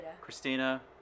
Christina